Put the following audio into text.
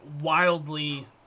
wildly